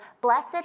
blessed